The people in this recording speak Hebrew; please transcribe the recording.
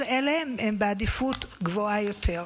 כל אלה הם בעדיפות גבוהה יותר.